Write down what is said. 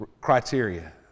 criteria